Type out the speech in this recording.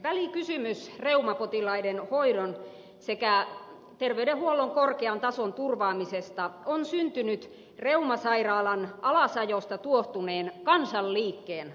välikysymys reumapotilaiden hoidon sekä terveydenhuollon korkean tason turvaamisesta on syntynyt reumasairaalan alasajosta tuohtuneen kansanliikkeen tunnoista